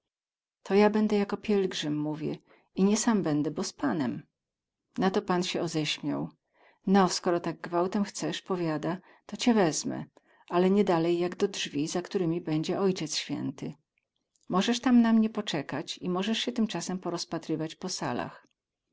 to ja bedę jako pielgrzym mówię i nie sam bedę bo z panem na to pan sie oześmiał no skoro tak gwałtem chces powiada to cie wezmę ale nie dalej jak do drzwi za ktorymi bedzie ociec święty mozes tam na mnie pockać i mozes sie tymcasem poozpatrować po salach